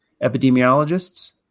epidemiologists